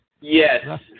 Yes